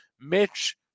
Mitch